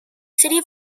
city